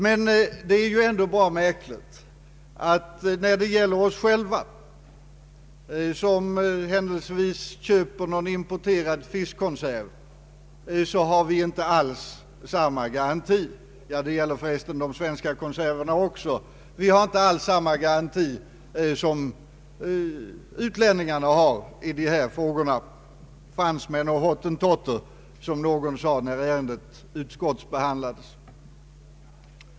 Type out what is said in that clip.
Men det är ändå märkligt att när det gäller oss själva, som händelsevis köper någon importerad fiskkonserv, har vi inte alls samma garanti — det gäller förresten också de svenska konserverna — som utlänningarna har, fransmän och hottentotter som någon sade när ärendets utskottsbehandlades.